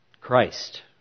Christ